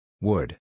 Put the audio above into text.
Wood